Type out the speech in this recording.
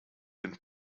den